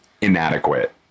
inadequate